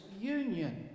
union